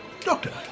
Doctor